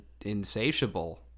insatiable